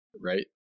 right